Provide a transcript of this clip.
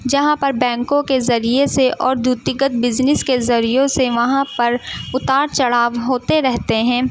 جہاں پر بینکوں کے ذریعے سے اور دوتیگت بزنس کے ذریعوں سے وہاں پر اتار چڑھاؤ ہوتے رہتے ہیں